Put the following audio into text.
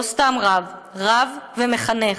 לא סתם רב, רב ומחנך,